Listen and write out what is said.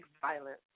violence